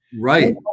Right